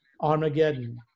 Armageddon